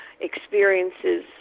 experiences